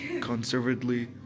conservatively